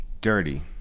Dirty